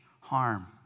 harm